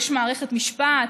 יש מערכת משפט,